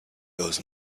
feels